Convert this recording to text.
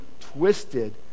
twisted